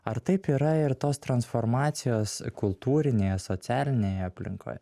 ar taip yra ir tos transformacijos kultūrinėje socialinėje aplinkoje